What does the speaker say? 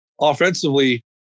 offensively